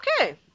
okay